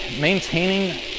maintaining